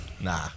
Nah